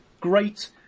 great